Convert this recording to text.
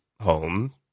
home